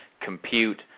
compute